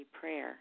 Prayer